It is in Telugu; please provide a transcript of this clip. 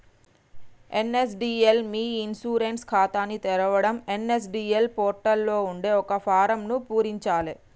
ఎన్.ఎస్.డి.ఎల్ మీ ఇ ఇన్సూరెన్స్ ఖాతాని తెరవడం ఎన్.ఎస్.డి.ఎల్ పోర్టల్ లో ఉండే ఒక ఫారమ్ను పూరించాలే